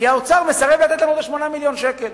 כי האוצר מסרב לתת להם את 8 מיליוני השקלים.